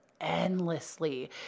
endlessly